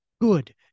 Good